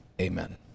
Amen